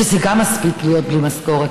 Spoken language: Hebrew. שזה גם מספיק להיות בלי משכורת.